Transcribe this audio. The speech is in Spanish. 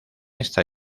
esta